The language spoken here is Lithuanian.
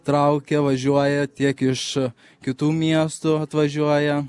traukia važiuoja tiek iš kitų miestų atvažiuoja